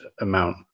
amount